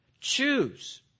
Choose